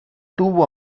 tuvo